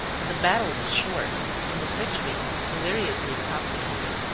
but the battle was short and the victory deliriously intoxicating.